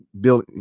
Bill –